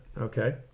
okay